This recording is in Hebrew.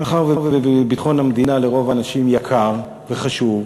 מאחר שביטחון המדינה לרוב האנשים יקר וחשוב,